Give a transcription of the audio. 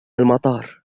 المطار